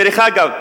דרך אגב,